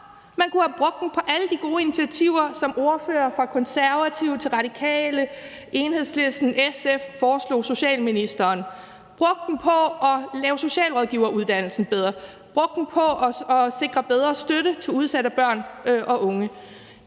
Man kunne have brugt dem på alle de gode initiativer, som ordførere for Konservative, Radikale, Enhedslisten og SF foreslog socialministeren – brugt dem på at lave socialrådgiveruddannelsen bedre eller brugt dem på at sikre bedre støtte til udsatte børn og unge.